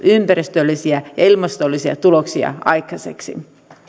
ympäristöllisiä ja ilmastollisia tuloksia aikaiseksi